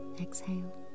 exhale